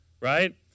right